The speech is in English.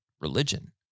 religion